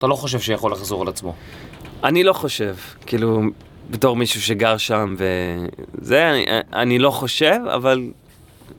אתה לא חושב שיכול לחזור על עצמו? אני לא חושב, כאילו, בתור מישהו שגר שם ו... זה, אני לא חושב, אבל...